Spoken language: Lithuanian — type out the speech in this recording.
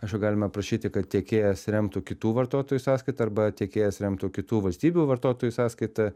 aišku galime prašyti kad tiekėjas remtų kitų vartotojų sąskaita arba tiekėjas remtų kitų valstybių vartotojų sąskaita